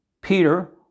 Peter